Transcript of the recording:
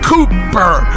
Cooper